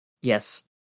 Yes